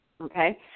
Okay